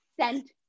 sent